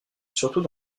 surtout